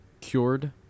cured